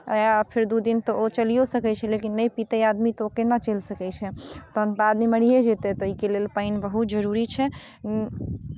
फेर दू दिन तऽ ओ चलिओ सकै छै लेकिन नहि पीतै आदमी तऽ ओ केना चलि सकै छै तखन तऽ आदमी मरिये जेतै तऽ एहिके लेल पानि बहुत जरूरी छै